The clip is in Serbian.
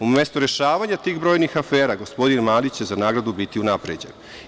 Umesto rešavanja tih brojnih afera, gospodin Mali će za nagradu biti unapređen.